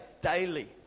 daily